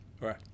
Right